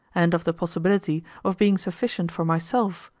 and of the possibility of being sufficient for myself,